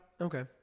Okay